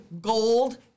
gold